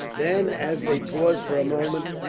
then, as they paused for a moment,